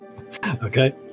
Okay